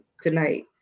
tonight